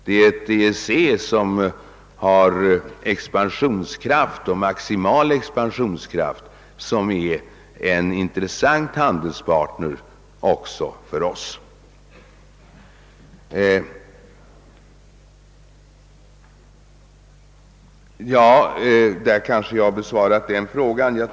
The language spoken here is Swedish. Det är ett EEC med maximal expansionskraft som är en intressant handelspariner också för oss. — Därmed kanske jag har besvarat den frågan.